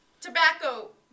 Tobacco